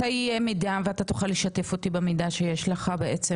מתי יהיה מידע ואתה תוכל לשתף אותי במידע שיש לך בעצם,